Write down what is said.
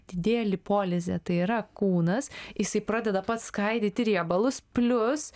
didėja lipolizė tai yra kūnas jisai pradeda pats skaidyti riebalus plius